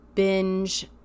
binge